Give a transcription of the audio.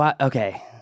Okay